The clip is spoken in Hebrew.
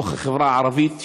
בתוך החברה הערבית,